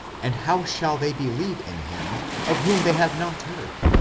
and how shall they believe in him of whom they have not heard?